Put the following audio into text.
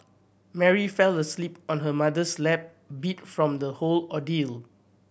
Mary fell asleep on her mother's lap beat from the whole ordeal